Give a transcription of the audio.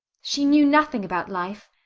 she knew nothing about life.